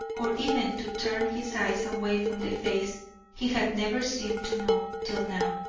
or even to turn his eyes away from the face he had never seemed to know till now.